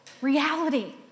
reality